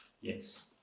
yes